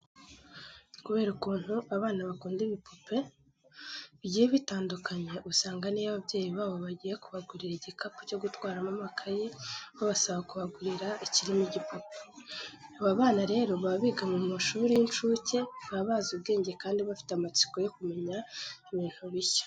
Kubera ukuntu abana bakunda ibipupe bigiye bitandukanye, usanga n'iyo ababyeyi babo bagiye kubagurira igikapu cyo gutwaramo amakayi babasaba kubagurira ikiriho igipupe. Aba bana rero baba biga mu mashuri y'incuke baba bazi ubwenge kandi bafite amatsiko yo kumenya ibintu bishya.